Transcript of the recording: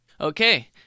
Okay